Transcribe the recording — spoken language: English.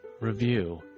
review